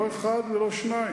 לא אחד ולא שניים.